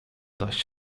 dość